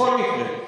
בכל מקרה,